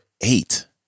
eight